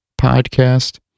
podcast